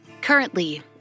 Currently